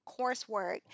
coursework